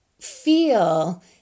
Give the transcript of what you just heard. feel